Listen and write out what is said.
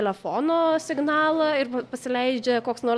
telefono signalą ir pasileidžia koks nors